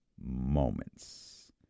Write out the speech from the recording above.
moments